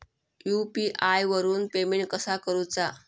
UPI वरून payment कसा करूचा?